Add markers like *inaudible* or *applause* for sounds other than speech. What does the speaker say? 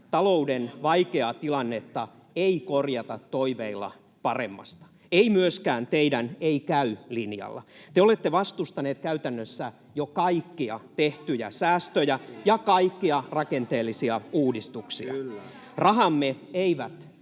talouden vaikeaa tilannetta ei korjata toiveilla paremmasta, ei myöskään teidän ”ei käy” -linjalla. Te olette vastustaneet käytännössä jo kaikkia tehtyjä säästöjä ja kaikkia rakenteellisia uudistuksia. *noise*